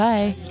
Bye